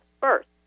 first